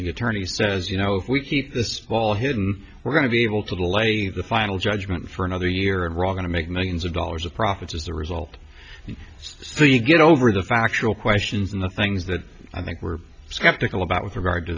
the attorney says you know if we keep this ball here we're going to be able to lay the final judgment for another year and wrong to make millions of dollars of profits as a result so you get over the factual questions and the things that i think were skeptical about with regard to